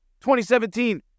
2017